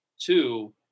Two